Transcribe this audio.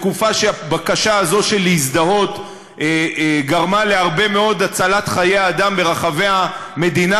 בתקופה שהבקשה הזאת להזדהות גרמה להצלת חיי אדם ברחבי המדינה,